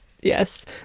Yes